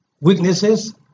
weaknesses